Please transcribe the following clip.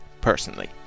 personally